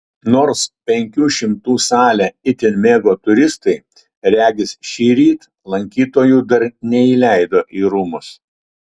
nors penkių šimtų salę itin mėgo turistai regis šįryt lankytojų dar neįleido į rūmus